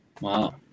Wow